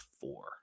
four